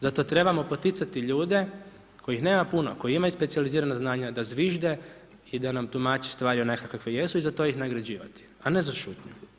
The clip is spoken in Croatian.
Zato trebamo poticati ljude kojih nema puno, koji imaju specijalizirana znanja da zvižde i da nam tumače stvari onakve kakve jesu i za to iz nagrađivati, a ne za šutnju.